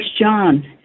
John